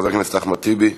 חבר הכנסת אחמד טיבי.